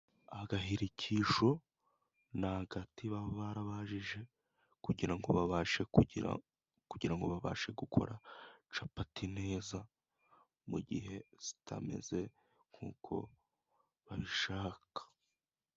Agahirikisho ni agati baba barabajije kugira ngo babashe kugira, kugirango ngo babashe gukora capati neza, mu gihe zitameze nk'uko babishaka.